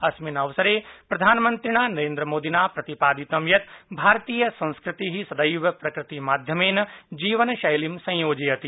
अस्मिन् अवसरे प्रधानमन्त्रिणा नरेन्द्रमोदिना प्रतिपादितं यत् भारतीय संस्कृतिः सदैव प्रकृतिमाध्यमेन जीवनशैलीं संयोजयति